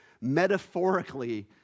metaphorically